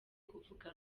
kuvuga